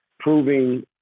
proving